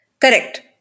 Correct